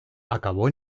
acabó